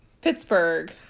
Pittsburgh